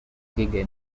figure